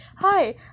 Hi